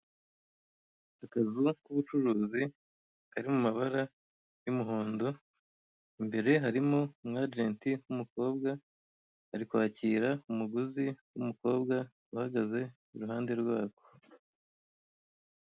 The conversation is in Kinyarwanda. Akazu k'ubucuruzi kari mu mabara y'umuhondo, imbere harimo umuajenti w'umukobwa ari kwakira umuguzi w'umukobwa uhagaze oruhande rw'ako.